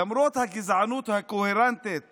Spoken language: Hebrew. למרות הגזענות הקוהרנטית